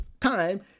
time